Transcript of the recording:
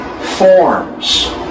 forms